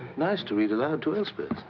nice to read aloud to elspeth.